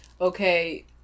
okay